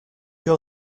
your